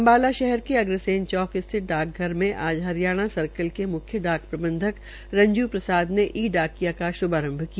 अम्बाला शहर के अग्रसेन चौक स्थित डाकघर में आज हरियाणा सर्कल के म्ख्य डाक प्रबंधक रंज् प्रसाद ने ई डाकिया का श्भारंभ किया